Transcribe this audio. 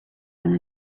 one